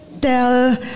tell